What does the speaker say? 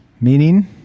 meaning